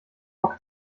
bock